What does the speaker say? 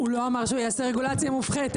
הוא לא אמר שהוא יעשה רגולציה מופחתת,